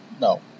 No